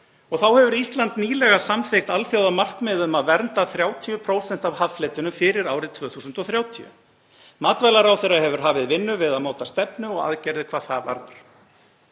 og þá hefur Ísland nýlega samþykkt alþjóðamarkmið um að vernda 30% af haffletinum fyrir árið 2030. Matvælaráðherra hefur hafið vinnu við að móta stefnu og aðgerðir hvað það varðar